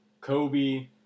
Kobe